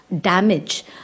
damage